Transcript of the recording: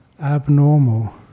abnormal